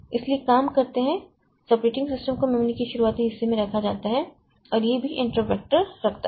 इसलिए काम करते हैं इस ऑपरेटिंग सिस्टम को मेमोरी के शुरुआती हिस्से में रखा जाता है और यह भी इंटरपट वैक्टर रखता है